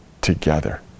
together